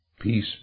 Peace